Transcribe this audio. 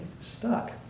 stuck